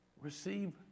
receive